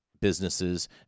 businesses